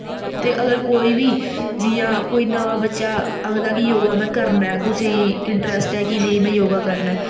ते अगर कोई बी जि'यां नमां बच्चा आखदा कि योगा करना उस्सी इंटरेस्ट ऐ कि नेईं में योगा करना